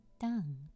down